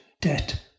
Debt